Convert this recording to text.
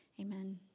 amen